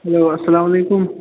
hello اَسلامُ علیکُم